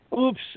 oops